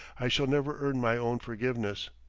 i shall never earn my own forgiveness.